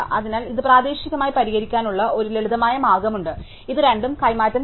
അതിനാൽ ഇത് പ്രാദേശികമായി പരിഹരിക്കാനുള്ള ഒരു ലളിതമായ മാർഗ്ഗമുണ്ട് ഇത് രണ്ടും കൈമാറ്റം ചെയ്യുക എന്നതാണ്